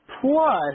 Plus